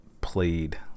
played